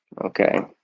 Okay